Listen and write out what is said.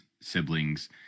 siblings